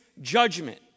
judgment